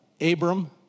Abram